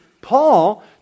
Paul